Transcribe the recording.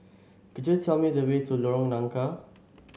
could you tell me the way to Lorong Nangka